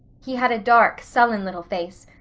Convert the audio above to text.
he had a dark, sullen little face,